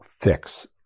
fix